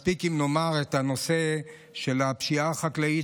מספיק אם נאמר את הנושא של הפשיעה החקלאית,